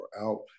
out